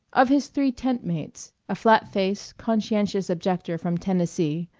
of his three tent-mates a flat-faced, conscientious objector from tennessee,